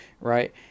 right